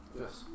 Yes